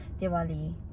Diwali